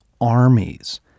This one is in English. armies